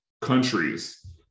countries